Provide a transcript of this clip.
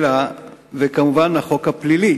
וכמובן החוק הפלילי